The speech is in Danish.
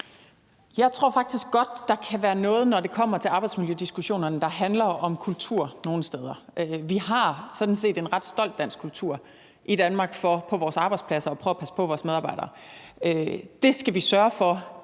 Jeg tror faktisk godt, at der kan være noget om, når det kommer til arbejdsmiljødiskussionerne, at det handler om kultur nogle steder. Vi har sådan set en ret stolt dansk kultur i Danmark, hvor vi på vores arbejdspladser prøver at passe på vores medarbejdere. Den kultur skal vi sørge for